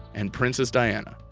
and princess diana.